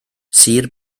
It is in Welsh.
sir